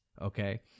okay